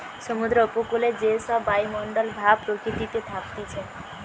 সমুদ্র উপকূলে যে সব বায়ুমণ্ডল ভাব প্রকৃতিতে থাকতিছে